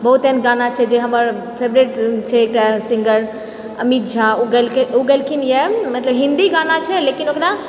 बहुत एहेन गाना छै जे हमर फेवरेट छै एकटा सिंगर अमित झा ओ गेलकै गेलखिन यऽ मतलब हिन्दी गाना छै लेकिन ओकरा